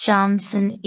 Johnson